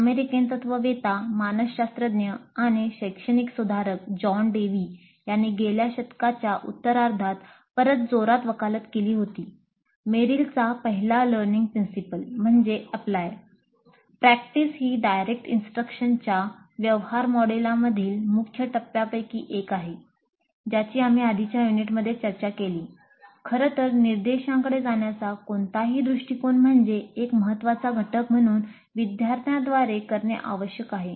American तत्त्ववेत्ता मानसशास्त्रज्ञ आणि शैक्षणिक सुधारक जॉन डेवी यांनी गेल्या शतकाच्या उत्तरार्धात परत जोरात वकालत केली होती मेरिलचा पहिला लर्निंग प्रिंसिपल्स खरं तर निर्देशांकडे जाण्याचा कोणताही दृष्टीकोन म्हणजे एक महत्त्वाचा घटक म्हणून 'विद्यार्थ्यांद्वारे' करणे आवश्यक आहे